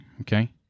okay